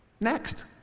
Next